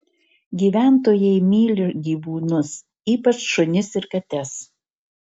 gyventojai myli gyvūnus ypač šunis ir kates